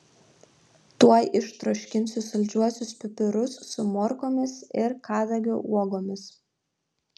tuoj ištroškinsiu saldžiuosius pipirus su morkomis ir kadagio uogomis